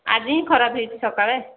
ଆଜି ହିଁ ଖରାପ ହୋଇଛି ସକାଳେ